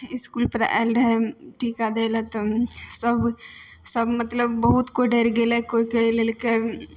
school पर आयल रहै टीका दैला तऽ सब सब मतलब बहुत कोइ डरि गेलै कोइ कोइ लेलकै